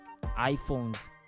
iPhones